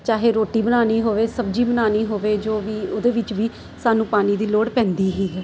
ਚਾਹੇ ਰੋਟੀ ਬਣਾਉਣੀ ਹੋਵੇ ਸਬਜ਼ੀ ਬਣਾਉਣੀ ਹੋਵੇ ਜੋ ਵੀ ਉਹਦੇ ਵਿੱਚ ਵੀ ਸਾਨੂੰ ਪਾਣੀ ਦੀ ਲੋੜ ਪੈਂਦੀ ਹੀ ਹੈ